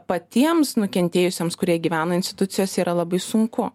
patiems nukentėjusiems kurie gyvena institucijose yra labai sunku